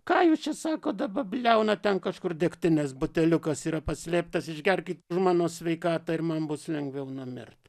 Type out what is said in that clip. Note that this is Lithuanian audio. ką jūs čia sako dabar bliauna ten kažkur degtinės buteliukas yra paslėptas išgerkit į mano sveikatą ir man bus lengviau numirt